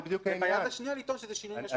וביד שנייה לטעון שזה שינוי משמעותי.